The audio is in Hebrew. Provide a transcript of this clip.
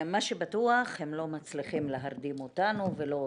מה שבטוח הם לא מצליחים להרדים אותנו ולא אותך.